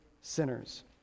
sinners